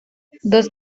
dos